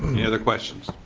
any other questions.